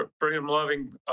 freedom-loving